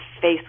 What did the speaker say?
face